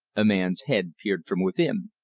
a man's head peered from within.